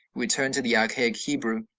we turn to the archaic hebrew,